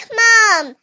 mom